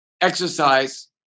exercise